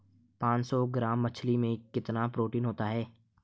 पांच सौ ग्राम मछली में कितना प्रोटीन होता है?